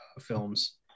films